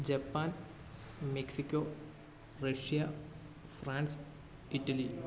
Japan Mexico Russia France Italy